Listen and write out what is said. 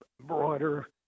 broader